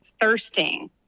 thirsting